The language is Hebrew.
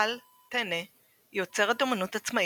טל-טנא היא אוצרת אמנות עצמאית,